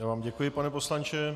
Já vám děkuji, pane poslanče.